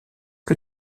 que